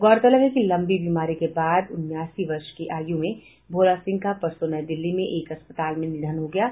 गौरतलब है कि लंबी बीमारी के बाद उन्यासी वर्ष की आयू में भोला सिंह का परसो नई दिल्ली के एक अस्पताल में निधन हो गया था